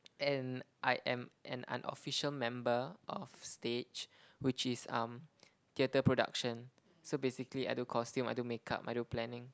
and I am an unofficial member of stage which is um theatre production so basically I do costume I do makeup I do planning